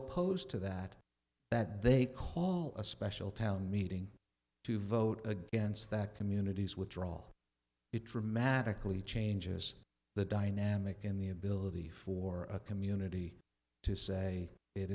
opposed to that that they call a special town meeting to vote against that community's withdraw it dramatically changes the dynamic in the ability for a community to say it